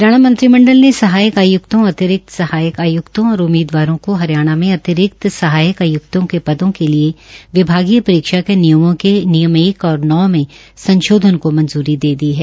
हरियाणा मंत्रिमंडल ने सहायक अतिरिक्त सहायक आयुक्तों और उममीदवारों को हरियाणा में अतिरिक्त सहायक आयुक्तो के पदों के लिए विभागीय परीक्ष के नियमों एक और नौ में संशोधन को मंजूरी दे दी है